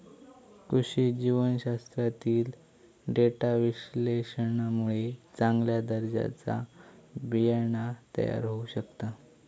कृषी जीवशास्त्रातील डेटा विश्लेषणामुळे चांगल्या दर्जाचा बियाणा तयार होऊ शकता